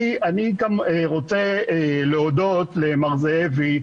אני גם רוצה להודות למר זאבי,